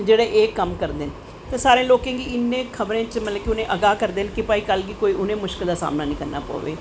ते जेह्ड़े एह् कम्म करदे न ते सारें लोकें गी इनें खबरें च अगाह् करदे न कि कल गी उनैं कोई मुश्कल दा सामनां नी करनां पवै